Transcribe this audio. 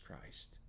Christ